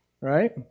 right